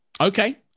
okay